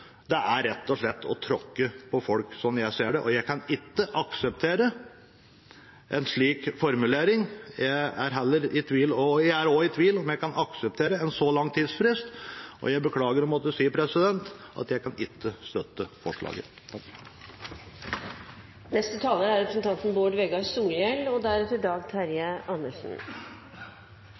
Det er rett og slett å tråkke på folk, sånn jeg ser det, og jeg kan ikke akseptere en slik formulering. Jeg er også i tvil om jeg kan akseptere en så lang tidsfrist, og jeg beklager å måtte si det: Jeg kan ikke støtte forslaget. Eit stort fleirtal av partia og